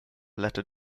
latter